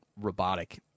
robotic